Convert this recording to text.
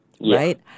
right